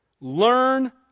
learn